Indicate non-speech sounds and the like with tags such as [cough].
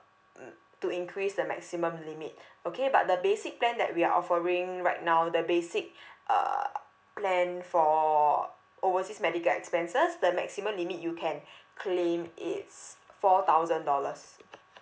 mm to increase the maximum limit okay but the basic plan that we are offering right now the basic [breath] uh plan for overseas medical expenses the maximum limit you can claim is four thousand dollars